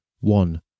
One